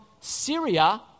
Syria